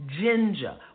Ginger